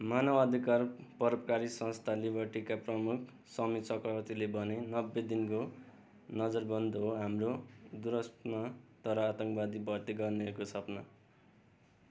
मानव अधिकार परोपकारी संस्था लिबर्टीका प्रमुख समी चक्रवर्तीले भने नब्बे दिनको नजरबन्द हो हाम्रो दुःस्वप्न तर आतङ्कवादी भर्ती गर्नेहरूको सपना